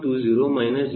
20 minus 0